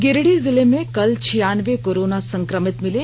गिरिडीह जिले में कल छियानवें कोरोना संक्रमित मिले